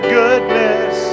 goodness